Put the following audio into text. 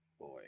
boy